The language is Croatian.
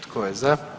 Tko je za?